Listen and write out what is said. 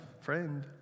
friend